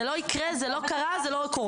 זה לא יקרה, זה לא קרה, זה לא קורה.